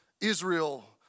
Israel